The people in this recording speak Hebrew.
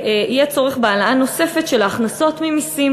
יהיה צורך בהעלאה נוספת של ההכנסות ממסים